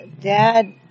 Dad